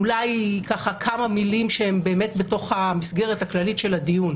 אולי כמה מילים שהם במסגרת הכללית של הדיון,